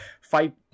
fight